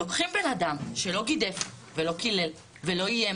לוקחים בן אדם שלא גידף ולא קילל ולא איים,